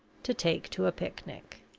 to take to a picnic.